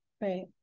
Right